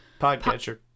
podcatcher